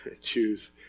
choose